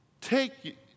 take